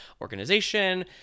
organization